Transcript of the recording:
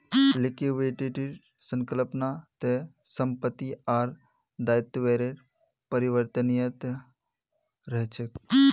लिक्विडिटीर संकल्पना त संपत्ति आर दायित्वेर परिवर्तनीयता रहछे